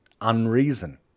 unreason